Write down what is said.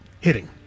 hitting